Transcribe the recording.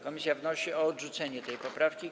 Komisja wnosi o odrzucenie tej poprawki.